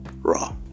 raw